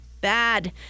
bad